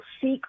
seek